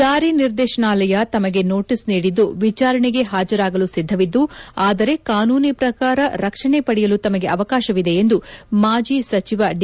ಜಾರಿ ನಿರ್ದೇಶನಾಲಯ ತಮಗೆ ನೋಟೀಸ್ ನೀಡಿದ್ದು ವಿಚಾರಣೆಗೆ ಹಾಜರಾಗಲು ಸಿದ್ದವಿದ್ದು ಆದರೆ ಕಾನೂನಿನ ಪ್ರಕಾರ ರಕ್ಷಣೆ ಪಡೆಯಲು ತಮಗೆ ಅವಕಾಶವಿದೆ ಎಂದು ಮಾಜಿ ಸಚಿವ ಡಿ